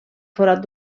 forat